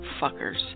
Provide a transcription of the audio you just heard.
Fuckers